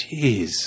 Jeez